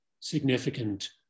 significant